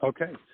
Okay